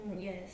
Yes